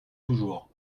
toujours